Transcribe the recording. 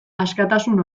askatasun